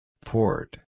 Port